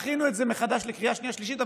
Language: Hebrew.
שיכינו את זה מחדש לקריאה שנייה שלישית.